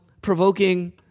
provoking